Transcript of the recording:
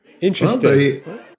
interesting